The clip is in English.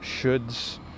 shoulds